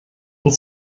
und